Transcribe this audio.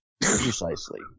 Precisely